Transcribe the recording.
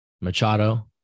Machado